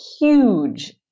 huge